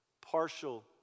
partial